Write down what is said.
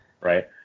Right